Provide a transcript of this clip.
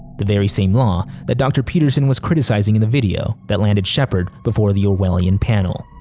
the very same law that dr. peterson was criticizing in the video that landed shepherd before the orwellian panel.